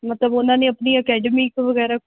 ਮਤਲਬ ਉਹਨਾਂ ਨੇ ਆਪਣੀ ਅਕੈਡਮੀਕ ਵਗੈਰਾ